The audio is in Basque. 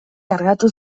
kargatu